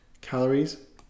calories